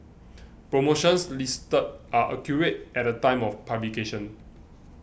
promotions listed are accurate at the time of publication